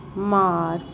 mark